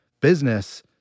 business